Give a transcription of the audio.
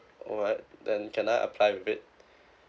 alright then can I apply with it